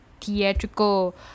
Theatrical